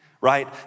right